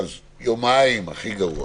אז יומיים במקרה הכי גרוע,